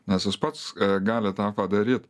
nes jis pats gali tą padaryt